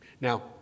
Now